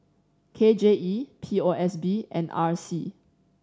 K J E P O S B and R C